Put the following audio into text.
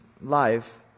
life